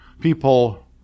people